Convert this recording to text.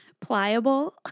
pliable